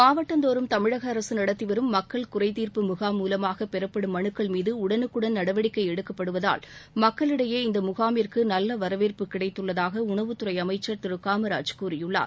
மாவட்டந்தோறும் தமிழக அரசு நடத்திவரும் மக்கள் குறைதீர்ப்பு முகாம் மூலமாக பெறப்படும் மனுக்கள் மீது உடனுக்குடன் நடவடிக்கை எடுக்கப்படுவதால் மக்களிடையே இந்த முகாமிற்கு நல்ல வரவேற்பு கிடைத்துள்ளதாக உணவுத்துறை அமைச்சர் திரு காமராஜ் கூறியுள்ளார்